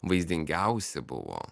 vaizdingiausi buvo